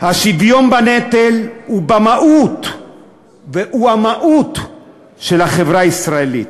השוויון בנטל הוא המהות של החברה הישראלית.